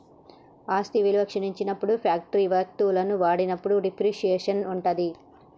ఆస్తి విలువ క్షీణించినప్పుడు ఫ్యాక్టరీ వత్తువులను వాడినప్పుడు డిప్రిసియేషన్ ఉంటది